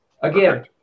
Again